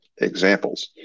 examples